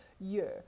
year